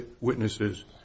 witnesses